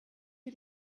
wir